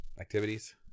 Activities